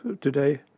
today